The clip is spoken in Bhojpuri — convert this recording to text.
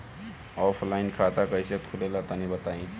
ऑफलाइन खाता कइसे खुलेला तनि बताईं?